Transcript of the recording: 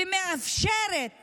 ומאפשרת